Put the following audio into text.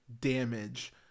damage